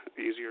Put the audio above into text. easier